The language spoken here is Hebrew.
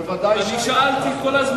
ודאי שהיו.